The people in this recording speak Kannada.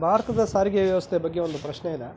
ಭಾರತದ ಸಾರಿಗೆ ವ್ಯವಸ್ಥೆ ಬಗ್ಗೆ ಒಂದು ಪ್ರಶ್ನೆ ಇದೆ